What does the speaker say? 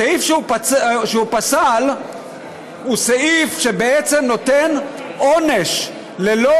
הסעיף שהוא פסל הוא סעיף שבעצם נותן עונש ללא